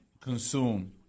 consume